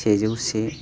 सेजौ से